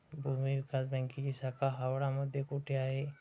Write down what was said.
भूविकास बँकेची शाखा हावडा मध्ये कोठे आहे?